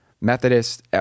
Methodist